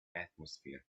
atmosphere